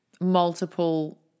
multiple